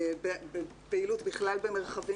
בפעילות בכלל במרחבים ציבוריים.